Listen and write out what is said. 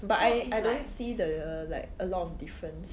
but I I don't see the like a lot of difference